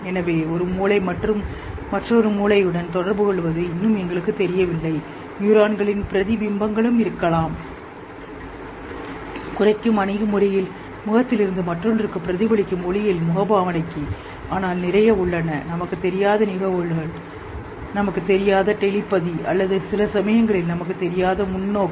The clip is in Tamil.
எனவே ஒரு மூளை மற்றும் மற்றொரு மூளையுடன் தொடர்புகொள்வது இன்னும் எங்களுக்குத் தெரியவில்லைகூட கண்ணாடி நியூரானுடன்நாம் அதைக்வேகவைக்கலாம் குறைக்கும் அணுகுமுறையில் முகத்தில் இருந்து மற்றொன்றுக்கு பிரதிபலிக்கும் ஒளியில் முகபாவனைக்கு ஆனால் நிறைய உள்ளன நமக்குத் தெரியாத நிகழ்வுகள் நமக்குத் தெரியாத டெலிபதி அல்லது சில சமயங்களில் நமக்குத் தெரியாத தெளிவு